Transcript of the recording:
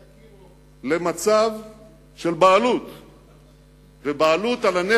ולהכיר פעם אחת ולתמיד